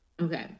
Okay